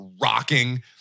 rocking